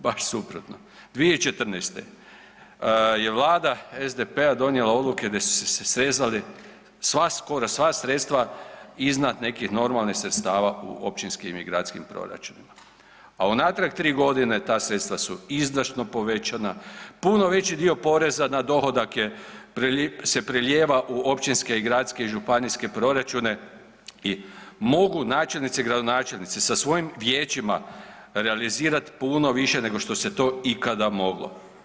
Baš suprotno, 2014. je vlada SDP-a donijela odluke gdje su se srezali skoro sva sredstva iznad nekih normalnih sredstava u općinskim i gradskim proračunima, a unatrag tri godine su ta sredstva izdašno povećana, puno veći dio poreza na dohodak se prelijeva u općinske, gradske i županijske proračune i mogu načelnici, gradonačelnici sa svojim vijećima realizirati puno više nego što se to ikada moglo.